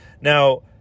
Now